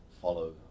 follow